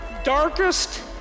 darkest